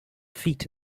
feet